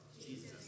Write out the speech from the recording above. Jesus